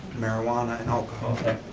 marijuana and alcohol. okay.